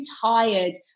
tired